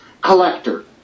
collector